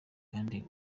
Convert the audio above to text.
kandi